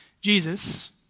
Jesus